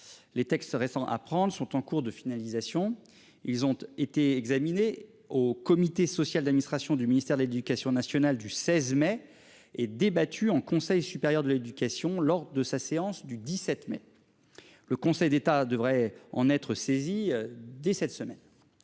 Les textes récents à prendre sont en cours de finalisation. Ils ont été examinés au comité social d'administration du ministère de l'Éducation nationale du 16 mai et débattu en Conseil supérieur de l'éducation lors de sa séance du 17 mai. Le Conseil d'État devrait en être saisie dès cette semaine.